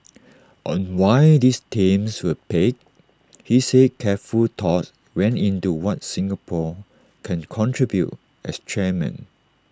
on why these themes were picked he said careful thought went into what Singapore can contribute as chairman